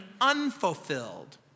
unfulfilled